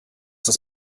das